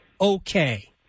okay